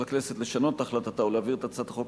לכנסת לשנות החלטתה ולהעביר את הצעת החוק